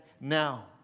now